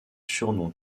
surnom